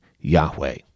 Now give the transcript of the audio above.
Yahweh